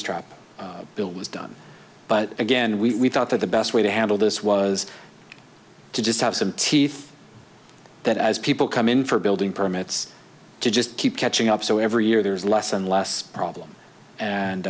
grease trap bill was done but again we thought that the best way to handle this was to just have some teeth that as people come in for building permits to just keep catching up so every year there's less and less problem